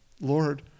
Lord